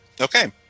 okay